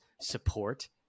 support